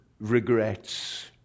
regrets